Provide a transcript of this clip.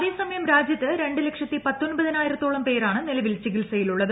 അതേ സമയം രാജ്യത്ത് രണ്ടു ലക്ഷത്തി പത്തൊൻപതിനായിരത്തോളം പേരാണ് നിലവിൽ ചികിത്സയിലുള്ളത്